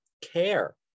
care